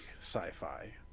sci-fi